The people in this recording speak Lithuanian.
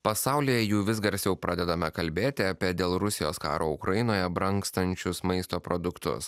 pasaulyje jau vis garsiau pradedame kalbėti apie dėl rusijos karo ukrainoje brangstančius maisto produktus